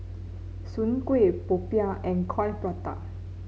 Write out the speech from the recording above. Soon Kuih popiah and Coin Prata